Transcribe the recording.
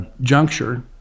juncture